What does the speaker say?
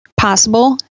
possible